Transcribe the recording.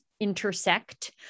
intersect